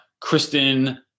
Kristen